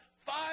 five